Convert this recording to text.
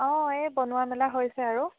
অঁ এই বনোৱা মেলা হৈছে আৰু